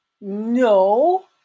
No